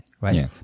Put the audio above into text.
right